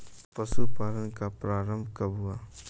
पशुपालन का प्रारंभ कब हुआ?